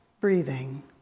breathing